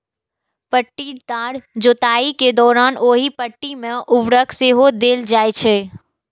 पट्टीदार जुताइ के दौरान ओहि पट्टी मे उर्वरक सेहो देल जाइ छै